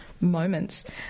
moments